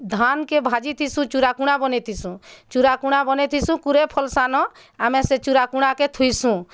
ଧାନ୍ କେ ଭାଜିଥିସୁଁ ଚୁଡ଼ାକୁଣା ବନେଇଥିସୁଁ ଚୁଡ଼ାକୁଣା ବନେଇଥିସୁଁ କୁରେ ଫଲ୍ ସାନ ଆମେ ସେ ଚୁଡ଼ାକୁଣା କେ ଥୁଇସୁଁ